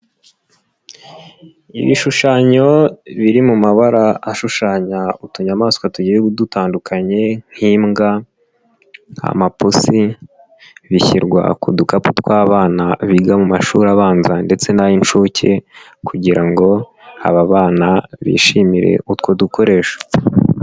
Ibishushanyo biri mu mabara ashushanya utunyamaswa tugiye dutandukanye nk'imbwa, amapusi, bishyirwa ku dukapu tw'abana biga mu mashuri abanza ndetse n'ay'inshuke kugira ngo aba bana bishimire utwo dukoresho.